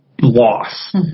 Loss